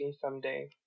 someday